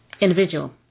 individual